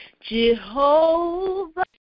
Jehovah